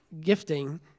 gifting